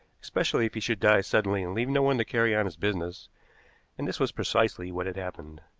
especially if he should die suddenly and leave no one to carry on his business and this was precisely what had happened.